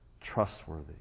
trustworthy